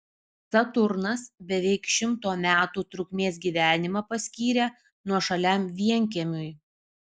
saturnas beveik šimto metų trukmės gyvenimą paskyrė nuošaliam vienkiemiui